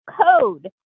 code